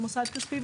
למוסד כספי,